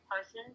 person